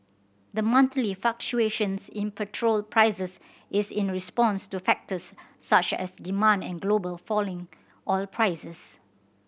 the monthly fluctuations in petrol prices is in response to factors such as demand and global falling oil prices